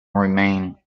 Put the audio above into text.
remained